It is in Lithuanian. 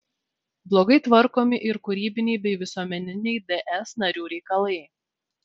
blogai tvarkomi ir kūrybiniai bei visuomeniniai ds narių reikalai